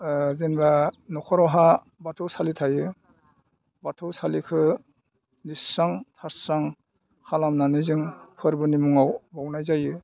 जेनेबा न'खरावहा बाथौसालि थायो बाथौ सालिखौ लिरस्रां थास्रां खालामनानै जोङो फोरबोनि मुङाव बावनाय जायो